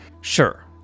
sure